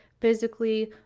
physically